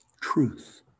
Truth